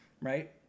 Right